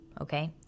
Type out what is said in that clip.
okay